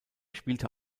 spielte